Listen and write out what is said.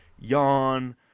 Yawn